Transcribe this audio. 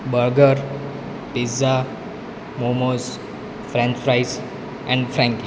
burger pizza Momos French fries and frankie